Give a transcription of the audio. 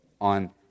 on